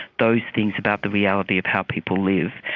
those things about the reality of how people live,